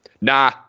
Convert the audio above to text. nah